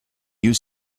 you